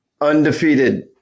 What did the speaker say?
Undefeated